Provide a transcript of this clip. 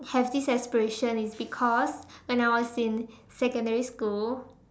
have this aspiration is because when I was in secondary school